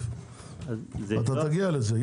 תגיע לזה.